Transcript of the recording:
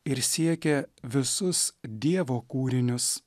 ir siekia visus dievo kūrinius